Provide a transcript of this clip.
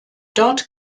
dort